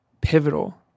pivotal